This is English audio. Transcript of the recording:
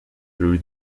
through